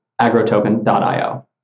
agrotoken.io